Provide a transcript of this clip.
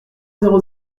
zéro